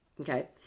Okay